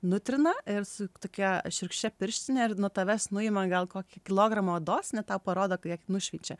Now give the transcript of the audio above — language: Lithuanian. nutrina ir su tokia šiurkščia pirštine ir nuo tavęs nuima gal kokį kilogramą odos ne tau parodo kiek nušveičia